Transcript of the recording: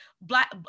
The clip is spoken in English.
Black